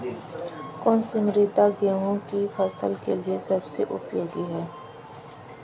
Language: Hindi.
कौन सी मृदा गेहूँ की फसल के लिए सबसे उपयोगी है?